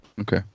Okay